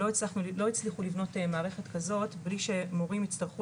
לא הצליחו לבנות מערכת כזאת מבלי שמורים יצטרכו